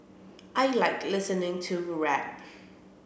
I like listening to rap